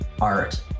art